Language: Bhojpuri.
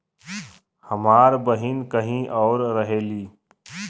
हमार बहिन कहीं और रहेली